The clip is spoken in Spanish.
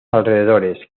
alrededores